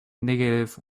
negative